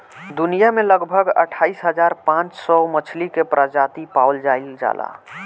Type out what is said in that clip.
दुनिया में लगभग अठाईस हज़ार पांच सौ मछली के प्रजाति पावल जाइल जाला